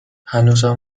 هنوزم